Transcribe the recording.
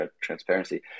transparency